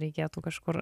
reikėtų kažkur